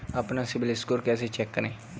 अपना CIBIL score कैसे check करें?